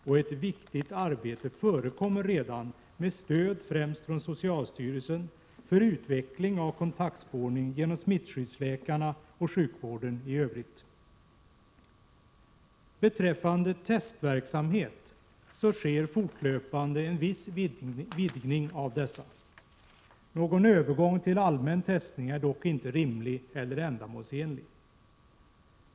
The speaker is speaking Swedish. Och ett viktigt arbete pågår redan med stöd främst från socialstyrelsen för utveckling av kontaktspårning genom smittskyddsläkarna och sjukvården i övrigt. Beträffande testverksamheten sker fortlöpande en viss vidgning av denna. Någon övergång till allmän testning är dock inte rimlig eller ändamålsenlig.